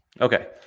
Okay